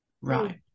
Right